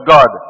God